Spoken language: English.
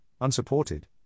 unsupported